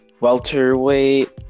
welterweight